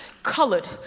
colored